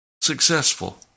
successful